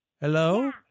Hello